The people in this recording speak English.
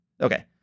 Okay